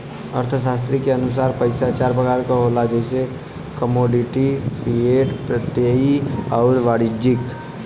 अर्थशास्त्री के अनुसार पइसा चार प्रकार क होला जइसे कमोडिटी, फिएट, प्रत्ययी आउर वाणिज्यिक